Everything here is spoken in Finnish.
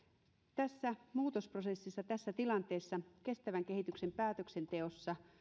tässä tilanteessa tässä muutosprosessissa kestävän kehityksen päätöksenteossa